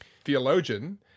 theologian